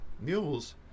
Mules